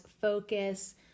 focus